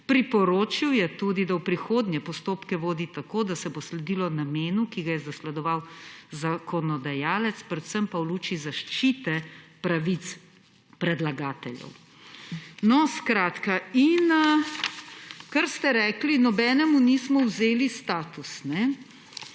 Priporočil je tudi, da v prihodnje postopke vodi tako, da se bo sledilo namenu, ki ga je zasledoval zakonodajalec, predvsem pa v luči zaščite pravic predlagateljev. In kar ste rekli: »Nobenemu nismo vzeli statusa.«